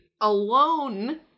alone